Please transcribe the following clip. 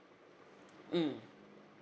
mm